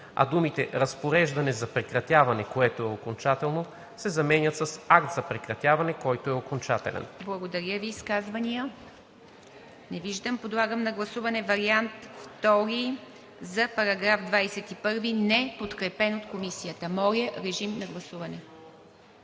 а думите „разпореждане за прекратяване, което е окончателно“, се заменят с „акт за прекратяване, който е окончателен“.“